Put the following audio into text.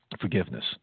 Forgiveness